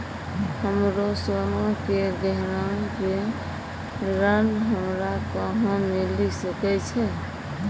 हमरो सोना के गहना पे ऋण हमरा कहां मिली सकै छै?